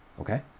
okay